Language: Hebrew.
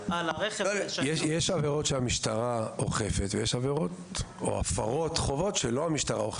ולא מופנה למשטרת ישראל ומורה עליה לחפש את אלה שאין להם רישיון נהיגה.